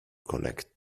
connect